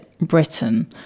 britain